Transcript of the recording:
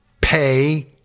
pay